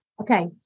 Okay